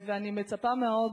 ואני מצפה מאוד